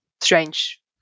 strange